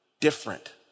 Different